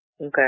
Okay